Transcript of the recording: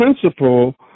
principle